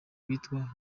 witwa